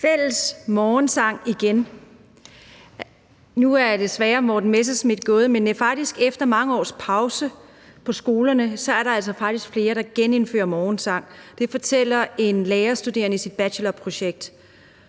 Fælles morgensang igen. Nu er hr. Morten Messerschmidt desværre gået, men efter mange års pause på skolerne er der faktisk flere, der genindfører morgensang. Det fortæller en lærerstuderende i sit bachelorprojekt.